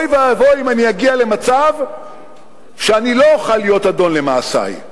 אוי ואבוי אם אני אגיע למצב שאני לא אוכל להיות אדון למעשי,